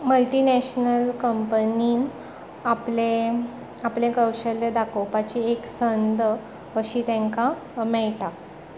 multinational कंपनींत आपले आपलें कौशल्य दाखोवपाची एक संद अशी तेंका मेळटा